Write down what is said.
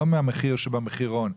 לא ממחיר מחירון,